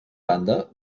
banda